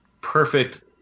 perfect